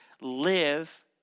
live